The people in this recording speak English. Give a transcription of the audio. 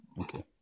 Okay